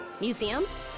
Museums